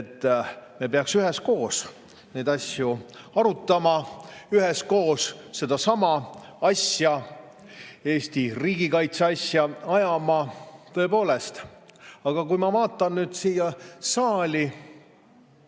me peaksime üheskoos neid asju arutama, üheskoos sedasama asja, Eesti riigikaitse asja ajama. Tõepoolest, aga kui ma vaatan nüüd siia saali,